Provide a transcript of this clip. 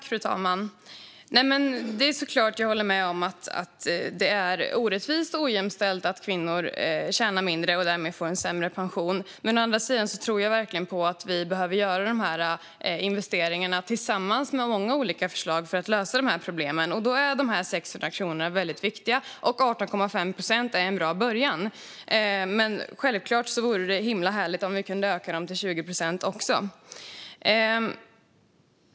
Fru talman! Jag håller såklart med om att det är orättvist och ojämställt att kvinnor tjänar mindre och därmed får en sämre pension. Å andra sidan tror jag verkligen att vi behöver göra de här investeringarna tillsammans med många olika förslag för att lösa de här problemen. Då är de 600 kronorna väldigt viktiga, och 18,5 procent är en bra början. Men självklart vore det himla härligt om vi kunde öka dem till 20 procent.